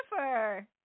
jennifer